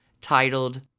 titled